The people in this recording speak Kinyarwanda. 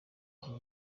iki